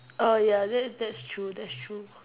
oh ya that that's true that's true